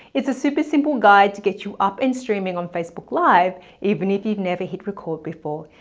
it's a super simple guide to get you up and streaming on facebook live even if you've never hit record before.